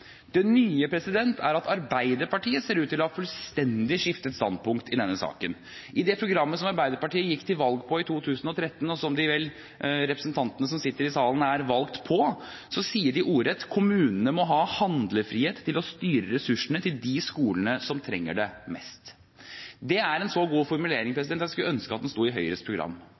Det nye er at Arbeiderpartiet ser ut til fullstendig å ha skiftet standpunkt i denne saken. I det programmet som Arbeiderpartiet gikk til valg på i 2013, og som representantene som sitter i salen nå, vel er valgt på, sier de ordrett: «Kommunene må ha handlefrihet til å styre ressursene til de skolene som trenger det mest.» Det er en så god formulering